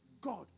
God